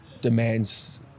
demands